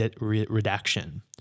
redaction